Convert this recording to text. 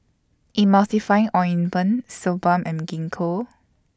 Emulsying Ointment Suu Balm and Gingko